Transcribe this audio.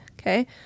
Okay